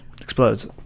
explodes